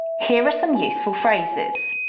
here are some useful phrases